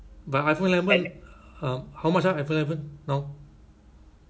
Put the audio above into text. but iphone eleven uh how much ah iphone eleven now